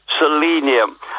Selenium